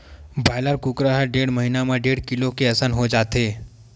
broiler कुकरा ह डेढ़ महिना म डेढ़ किलो के असन हो जाथे